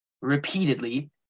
repeatedly